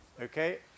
Okay